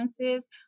differences